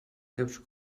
teus